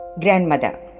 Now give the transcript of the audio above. grandmother